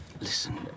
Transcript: Listen